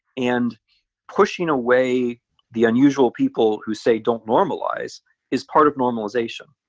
and pushing away the unusual people who say don't normalize is part of normalization,